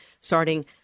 starting